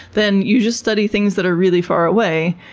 then you just study things that are really far away,